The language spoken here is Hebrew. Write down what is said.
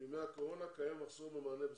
בימי הקורונה קיים מחסור במענה בשפות.